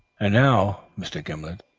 and now, mr. gimblet,